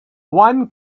one